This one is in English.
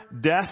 death